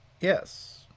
Yes